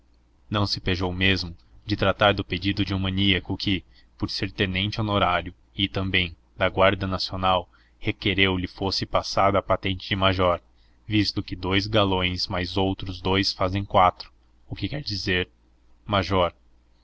não se pejou mesmo de tratar do pedido de um maníaco que por ser tenente honorário e também da guarda nacional requereu lhe fosse passada a patente de major visto que dous galões mais outros dous fazem quatro o que quer dizer major